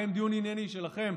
שלכם,